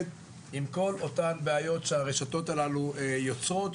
עם כל אותן בעיות שהרשתות הללו יוצרות,